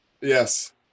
Yes